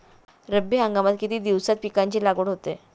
रब्बी हंगामात किती दिवसांत पिकांची लागवड होते?